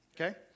okay